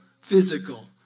physical